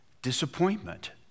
Disappointment